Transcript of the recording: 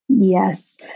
Yes